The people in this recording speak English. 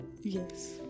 Yes